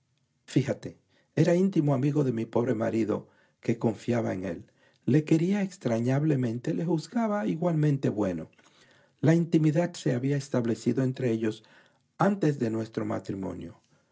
hablarán era íntimo amigo de mi pobre marido que confiaba en él le quería entrañablemente y le juzgaba igualmente bueno la intimidad se había establecido entre ellos antes de nuestro matrimonio